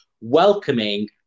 welcoming